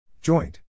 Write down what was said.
Joint